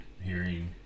hearing